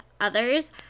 others